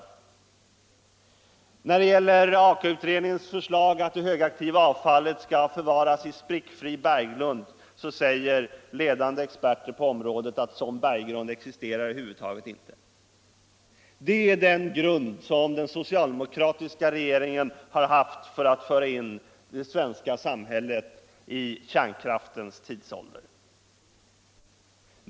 Betriäffande Aka-utredningens förslag att det högaktiva avfallet skall förvaras i sprickfri berggrund säger ledande experter på området att sådan berggrund över huvud taget inte existerar. Det är den grund som den socialdemokratiska regeringen har haft för att föra in det svenska samhället i kärnkraftens tidsålder.